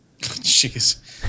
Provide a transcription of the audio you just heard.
Jeez